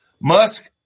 musk